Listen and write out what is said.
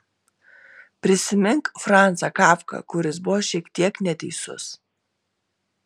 prisimink francą kafką kuris buvo šiek tiek neteisus